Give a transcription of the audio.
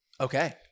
Okay